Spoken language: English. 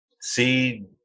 see